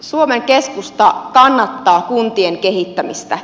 suomen keskusta kannattaa kuntien kehittämistä